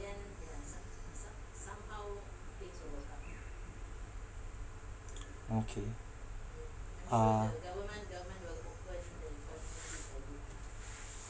okay ah